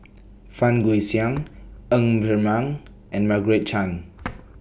Fang Guixiang Ng Ser Miang and Margaret Chan